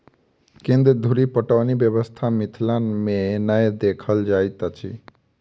केन्द्र धुरि पटौनी व्यवस्था मिथिला मे नै देखल जाइत अछि